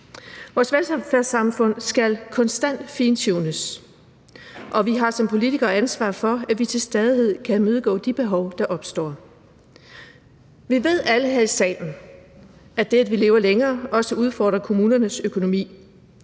Vores velfærdssamfund skal konstant fintunes, og vi har som politikere ansvaret for, at vi til stadighed kan imødekomme de behov, der opstår. Vi ved alle her i salen, at det, at vi lever længere, også udfordrer kommunernes økonomi.